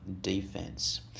defense